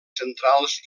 centrals